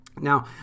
Now